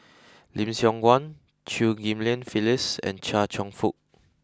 Lim Siong Guan Chew Ghim Lian Phyllis and Chia Cheong Fook